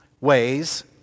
ways